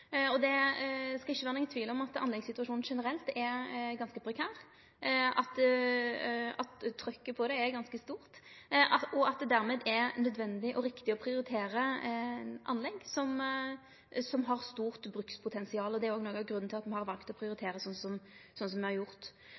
Det skal ikkje vere nokon tvil om at anleggssituasjonen generelt er ganske prekær, at trøkket på dette er ganske stort, og at det dermed er nødvendig og riktig å prioritere anlegg som har stort brukspotensial. Det er òg noko av grunnen til at me har vald å prioritere sånn som me har gjort.